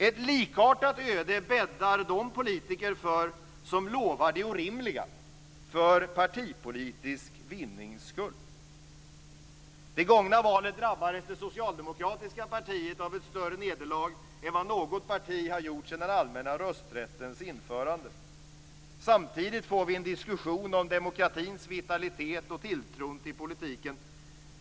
Ett liknande öde bäddar de politiker för som lovar det orimliga för partipolitisk vinnings skull. Vid det gångna valet drabbades det socialdemokratiska partiet av ett större nederlag än vad något parti har gjort sedan den allmänna rösträttens införande. Samtidigt får vi en diskussion om demokratins vitalitet och tilltron till politiken.